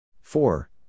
Four